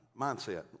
mindset